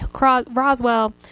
Roswell –